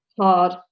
hard